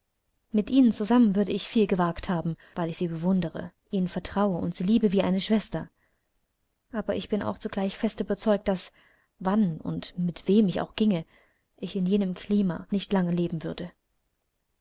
mit ihnen zusammen würde ich viel gewagt haben weil ich sie bewundere ihnen vertraue und sie liebe wie eine schwester aber ich bin auch zugleich fest überzeugt daß wann und mit wem ich auch ginge ich in jenem klima nicht lange leben würde